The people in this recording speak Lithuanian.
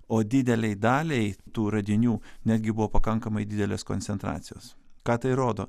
o didelei daliai tų radinių netgi buvo pakankamai didelės koncentracijos ką tai rodo